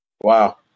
Wow